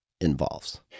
involves